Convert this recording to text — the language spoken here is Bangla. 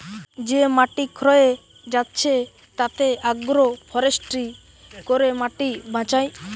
যে মাটি ক্ষয়ে যাচ্ছে তাতে আগ্রো ফরেষ্ট্রী করে মাটি বাঁচায়